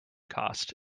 costs